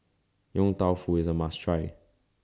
Yong Tau Foo IS A must Try